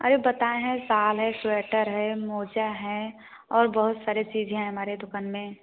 अरे बताएँ हैं साल है स्वेटर है मोजा है और बहुत सारे चीज़ें हैं हमारे दुकान में